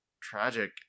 tragic